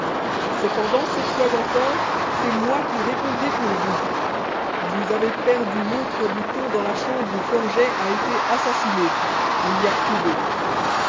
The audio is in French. cependant cette fois encore c'est moi qui répondrai pour vous vous avez perdu l'autre bouton dans la chambre où forget a été assassiné on l'y a trouvé